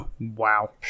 Wow